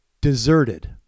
DESERTED